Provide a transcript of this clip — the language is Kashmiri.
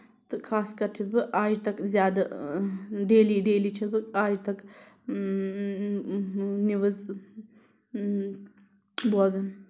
تہٕ خاص کر چھَس بہٕ آج تک زیادٕ ڈیلی ڈیلی چھَس بہٕ آج تک نِوٕز بوزان